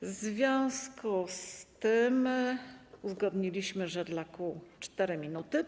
W związku z tym uzgodniliśmy, że dla kół - 4 minuty.